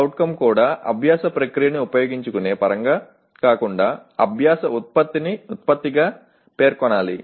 CO కూడా అభ్యాస ప్రక్రియను ఉపయోగించుకునే పరంగా కాకుండా అభ్యాస ఉత్పత్తిగా పేర్కొనాలి